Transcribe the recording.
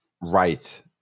Right